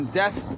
death